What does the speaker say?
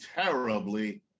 terribly